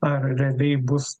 ar realiai bus